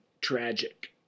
tragic